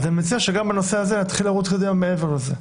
אז אני מציע שגם בנושא הזה נתחיל לרוץ קדימה מעבר לזה.